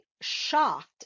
shocked